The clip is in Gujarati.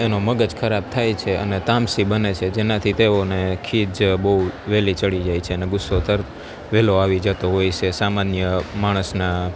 એનો મગજ ખરાબ થાય છે અને તામસી બને છે જેનાથી તેઓને ખીજ બહુ વહેલી ચડી જાય છે ને ગુસ્સો તરત વહેલો આવી જતો હોય છે સામાન્ય માણસના